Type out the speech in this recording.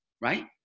right